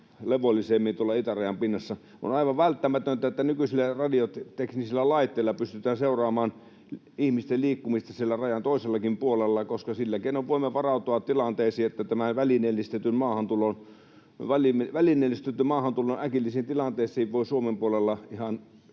levollisemmin tuolla itärajan pinnassa. On aivan välttämätöntä, että nykyisillä radioteknisillä laitteilla pystytään seuraamaan ihmisten liikkumista siellä rajan toisellakin puolella, koska sillä keinoin voimme varautua välineellistetyn maahantulon äkillisiin tilanteisiin Suomen puolella ihan